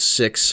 six